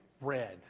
Red